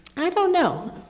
i don't know.